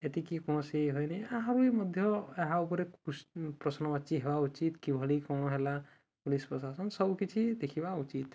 ଏତିକି କୌଣସି ହୋଇନି ଆହୁରି ମଧ୍ୟ ଏହା ଉପରେ ପ୍ରଶ୍ନବାଚି ହେବା ଉଚିତ କିଭଳି କ'ଣ ହେଲା ପୋଲିସ ପ୍ରଶାସନ ସବୁକିଛି ଦେଖିବା ଉଚିତ